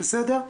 בסדר?